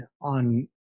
on